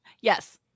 Yes